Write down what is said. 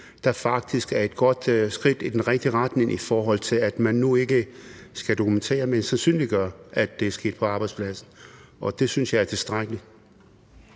der faktisk er et godt skridt i den rigtige retning, i forhold til at man nu ikke skal dokumentere, men sandsynliggøre at det er sket på arbejdspladsen, og det synes jeg er tilstrækkeligt.